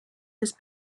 has